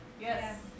Yes